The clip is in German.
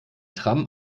tram